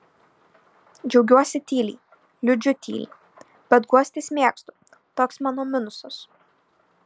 džiaugiuosi tyliai liūdžiu tyliai bet guostis mėgstu toks mano minusas